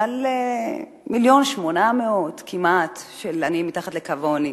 על 1.8 מיליון כמעט של עניים מתחת לקו העוני,